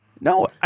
No